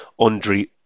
Andriy